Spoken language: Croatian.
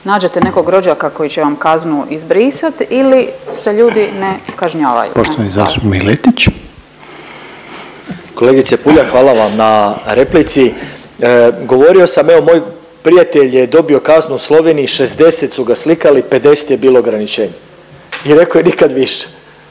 nađete nekog rođaka koji će vam kaznu izbrisat ili se ljudi ne kažnjavaju. Hvala. **Reiner, Željko (HDZ)** Poštovani zastupnik Miletić. **Miletić, Marin (MOST)** Kolegice Puljak hvala vam na replici. Govorio sam evo moj prijatelj je dobio kaznu u Sloveniji, 60 su ga slikali, 50 je bilo ograničenje i rekao je nikad više.